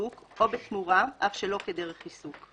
עיסוק או בתמורה אף שלא כדרך עיסוק;